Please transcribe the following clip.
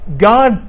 God